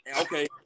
okay